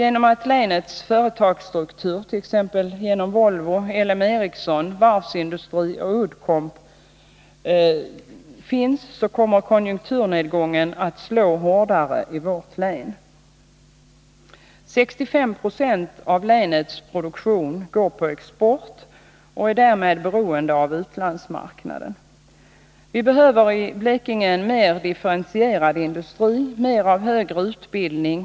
På grund av företagsstrukturen i länet — där finns industrier som Volvo, L M Ericsson, varvsindustrin och Uddcomb - kommer konjunkturnedgången att slå hårdare i vårt län. Av länets produktion går 65 26 på export, och vi är därmed beroende av utlandsmarknaden. Vi behöver i Blekinge en mer differentierad industri och mer av högre utbildning.